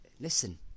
listen